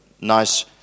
nice